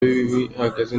bihagaze